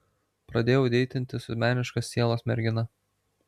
pradėjau deitinti su meniškos sielos mergina